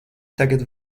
tagad